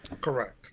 Correct